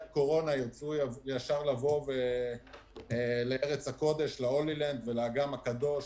קורונה ירצו לבוא לארץ הקודש ולאגם הקדוש.